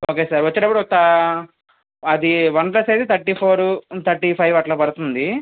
okay sir వచ్చేటప్పుడు ఒకా అది వన్ప్లస్ అయితే థర్టీ ఫోర్ థర్టీ ఫైవ్ అలా పడుతుంది